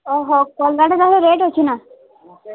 ଓ ହେଉ କଲରାଟା କେବଳ ରେଟ୍ ଅଛି ନା